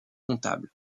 comptable